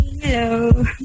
Hello